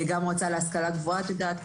גם המועצה להשכלה גבוהה את יודעת,